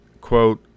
quote